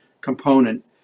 component